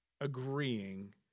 agreeing